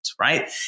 right